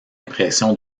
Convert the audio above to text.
impressions